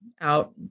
out